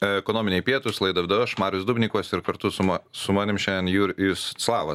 ekonominiai pietūs laidą vedu aš marius dubnikovas ir kartu su ma su manim šiandien jurijus slavas